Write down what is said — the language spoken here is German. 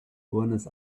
buenos